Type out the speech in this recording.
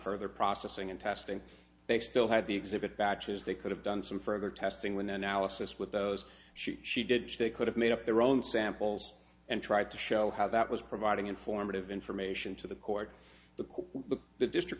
further processing and testing they still had the exhibit batches they could have done some further testing with analysis with those she she did they could have made up their own samples and tried to show how that was providing informative information to the court the court the district